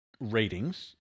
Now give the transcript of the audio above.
ratings